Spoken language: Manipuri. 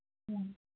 ꯑꯥ